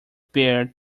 bear